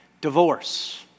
Divorce